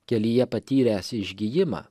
kelyje patyręs išgijimą